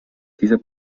dieser